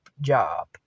job